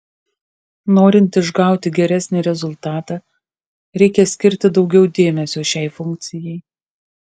norint išgauti geresnį rezultatą reikia skirti daugiau dėmesio šiai funkcijai